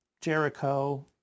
Jericho